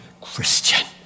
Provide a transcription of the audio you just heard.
Christian